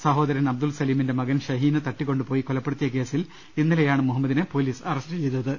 സഹോദരൻ അബ്ദുൽ സലീമിന്റെ മകൻ ഷഹീനെ തട്ടിക്കൊ ണ്ടുപോയി കൊലപ്പെടുത്തിയ കേസിൽ ഇന്നലെയാണ് മുഹ മ്മദിനെ പൊലീസ് അസ്റ്റ് ചെയ്തത്